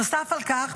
"נוסף על כך,